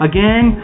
Again